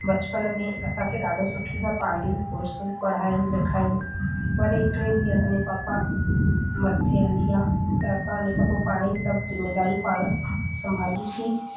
बचपन में असांखे ॾाढो सुठे सां पालियुनि पोसियुनि पढ़ाउनि लिखायुनि वरी हिकिड़े ॾींहुं असांजे पापा मथे हली विया त असां उन खां पोइ पाण ई सभु ज़िमेदारियूं पाण संभालियूसीं